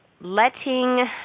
Letting